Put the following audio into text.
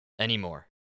Anymore